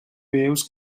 waves